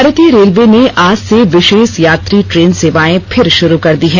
भारतीय रेलवे ने आज से विशेष यात्री ट्रेन सेवाए फिर शुरू कर दी है